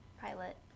pilot